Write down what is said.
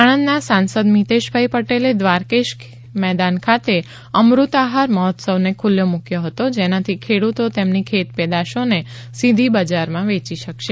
આણંદના સાંસદ મિતેષભાઈ પટેલે દ્વારકેશ મેદાન ખાતે અમૃત આહાર મહોત્સવને ખુલ્લો મૂક્યો હતો જેનાથી ખેડૂતો તેમની ખેત પેદાશોને સીધી બજારમાં વેચી શકશે